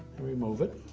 remove it.